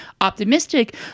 optimistic